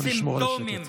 נא לשמור על השקט.